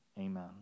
Amen